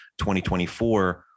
2024